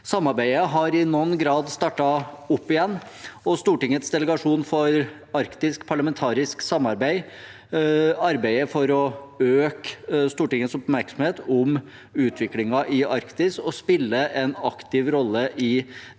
Samarbeidet har i noen grad startet opp igjen. Stortingets delegasjon for arktisk parlamentarisk samarbeid arbeider for å øke Stortingets oppmerksomhet om utviklingen i Arktis og spiller en aktiv rolle i den